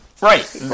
Right